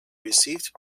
received